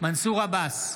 מנסור עבאס,